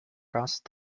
gast